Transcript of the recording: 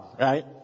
right